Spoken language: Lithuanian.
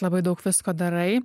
labai daug visko darai